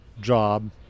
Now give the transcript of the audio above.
job